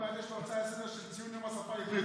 עוד מעט יש פה הצעה לסדר-היום לציון יום השפה העברית,